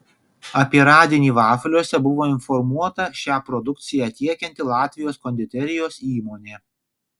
apie radinį vafliuose buvo informuota šią produkciją tiekianti latvijos konditerijos įmonė